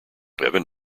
heaven